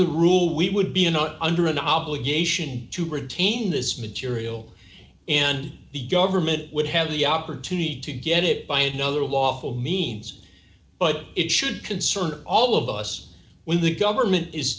the rule we would be in not under an obligation to retain this material and the government would have the opportunity to get it by another lawful means but it should concern all of us when the government is